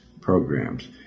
programs